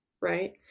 Right